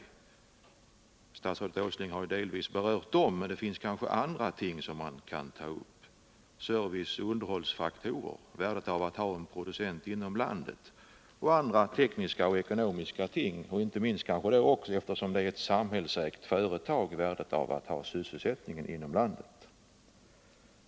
Som statsrådet Åsling delvis har berört finns det kanske andra ting som man kan ta upp: serviceoch underhållsfaktorer, värdet av att ha en producent inom landet och andra tekniska och ekonomiska omständigheter — inte minst, eftersom det är ett samhällsägt företag, värdet av att ha sysselsättningen inom landet.